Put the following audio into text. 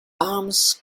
arms